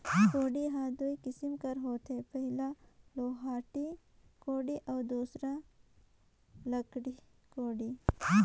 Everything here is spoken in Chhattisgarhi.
कोड़ी हर दुई किसिम कर होथे पहिला लोहाटी कोड़ी अउ दूसर लकड़िहा कोड़ी